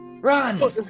run